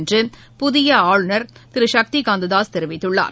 என்று புதியஆளுநர் திருசக்திகாந்ததாஸ் தெரிவித்துள்ளார்